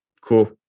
Cool